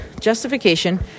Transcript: Justification